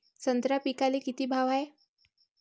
संत्रा पिकाले किती भाव हाये?